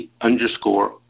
underscore